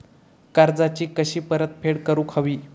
कर्जाची कशी परतफेड करूक हवी?